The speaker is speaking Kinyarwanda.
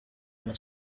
muma